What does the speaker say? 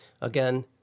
again